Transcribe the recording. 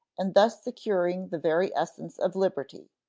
and thus securing the very essence of liberty.